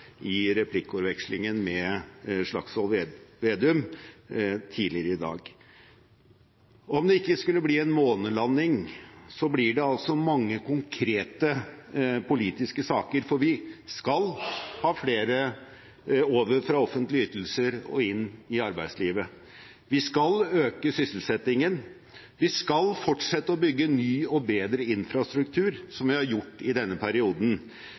i replikkordvekslingen med Slagsvold Vedum tidligere i dag. Om det ikke skulle bli en månelanding, blir det altså mange konkrete politiske saker. Vi skal ha flere over fra offentlige ytelser og inn i arbeidslivet. Vi skal øke sysselsettingen. Vi skal fortsette å bygge ny og bedre infrastruktur, som vi har gjort i denne perioden.